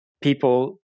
people